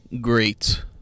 great